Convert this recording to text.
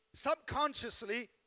subconsciously